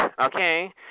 Okay